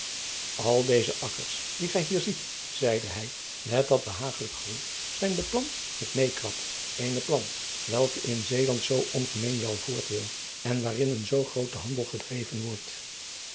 illegonda uisman akkers die gij hier ziet zeide hij met dat behabelijk groen zijn beplant met eekrap eene plant welke in eeland zoo ongemeen wel voort wil en waarin een zoo groote handel gedreven wordt